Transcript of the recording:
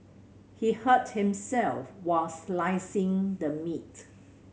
he hurt himself while slicing the meat